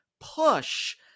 push